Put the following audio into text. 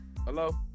Hello